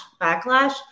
backlash